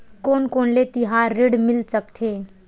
कोन कोन ले तिहार ऋण मिल सकथे?